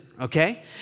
okay